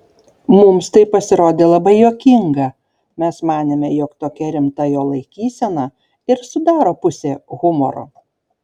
mums tai pasirodė labai juokinga mes manėme jog tokia rimta jo laikysena ir sudaro pusę humoro